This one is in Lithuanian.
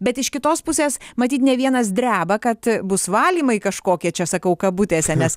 bet iš kitos pusės matyt ne vienas dreba kad bus valymai kažkokie čia sakau kabutėse nes